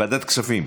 התש"ף 2019,